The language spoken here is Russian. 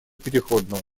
переходного